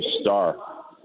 star